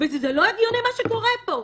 וזה לא הגיוני מה שקורה פה.